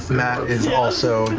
matt hits, all so